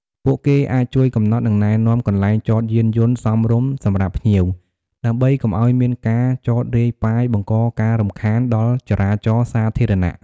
ពួកគេអាចជួយកំណត់ និងណែនាំកន្លែងចតយានយន្តសមរម្យសម្រាប់ភ្ញៀវ ដើម្បីកុំឱ្យមានការចតរាយប៉ាយបង្កការរំខានដល់ចរាចរណ៍សាធារណៈ។